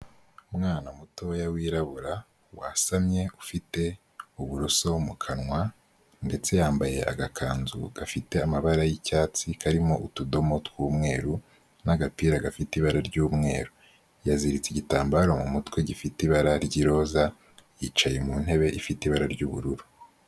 Umwana mutoya wirabura wasamye ufite uburoso mu kanwa, ndetse yambaye agakanzu gafite amabara y'icyatsi karimo utudomo tw'umweru n'agapira gafite ibara ry'umweru, yaziritse igitambaro mu mutwe gifite ibara ry'iroza yicaye mu ntebe ifite ibara ry'ubururu.